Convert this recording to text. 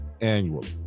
annually